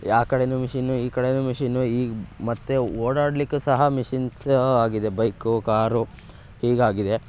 ಆ ಕಡೆನೂ ಮಿಷಿನ್ನು ಈ ಕಡೆಯೂ ಮಿಷಿನ್ನು ಈಗ ಮತ್ತೆ ಓಡಾಡ್ಲಿಕ್ಕೂ ಸಹ ಮಿಷಿನ್ಸು ಆಗಿದೆ ಬೈಕು ಕಾರು ಹೀಗಾಗಿದೆ